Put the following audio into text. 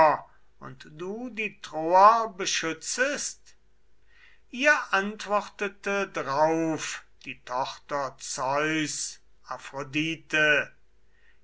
und du die troer beschützest ihr antwortete drauf die tochter zeus